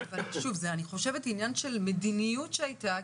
שוב אני חושבת שזה עניין של מדיניות שהייתה,